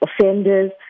offenders